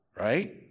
Right